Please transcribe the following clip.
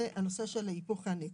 זה לגבי הנושא של ההיפוך והנטל.